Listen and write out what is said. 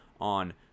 on